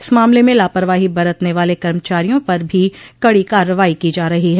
इस मामले में लापरवाही बरतने वाले कमचारियों पर भी कड़ी कार्रवाई की जा रही है